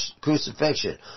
crucifixion